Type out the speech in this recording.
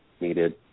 needed